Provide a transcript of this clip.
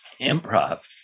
improv